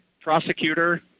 prosecutor